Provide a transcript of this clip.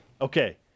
Okay